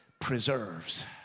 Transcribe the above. preserves